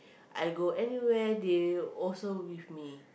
I go anywhere they also with me